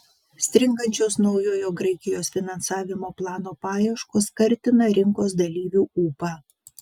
stringančios naujojo graikijos finansavimo plano paieškos kartina rinkos dalyvių ūpą